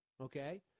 okay